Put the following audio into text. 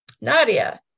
Nadia